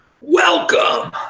Welcome